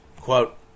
Quote